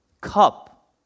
cup